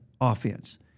offense